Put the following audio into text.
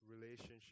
relationship